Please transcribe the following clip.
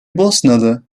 bosnalı